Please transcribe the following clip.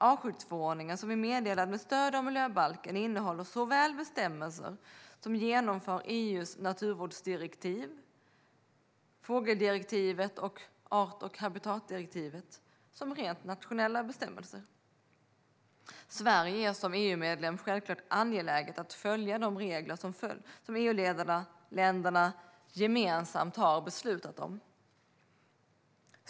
Artskyddsförordningen, som är meddelad med stöd av miljöbalken, innehåller såväl bestämmelser som genomför EU:s naturvårdsdirektiv - fågeldirektivet och art och habitatdirektivet - som rent nationella bestämmelser. Sverige är som EU-medlem självklart angeläget att följa de regler som EU-länderna gemensamt har beslutat om.